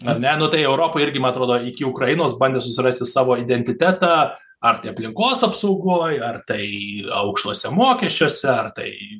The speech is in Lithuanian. ar ne nu tai europa irgi man atrodo iki ukrainos bandė susirasti savo identitetą ar tai aplinkos apsaugoj ar tai aukštuose mokesčiuose ar tai